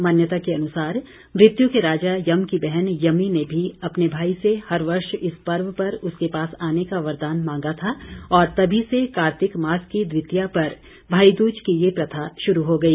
मान्यता के अनुसार मृत्यु के राजा यम की बहन यामी ने भी अपने भाई से हर वर्ष इस पर्व पर उसके पास आने का वरदान मांगा था और तभी से कार्तिक मास की द्वितीय पर भाई दूज की ये प्रथा शुरू हो गई